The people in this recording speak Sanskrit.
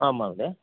आम् महोदय